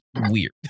weird